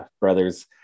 brothers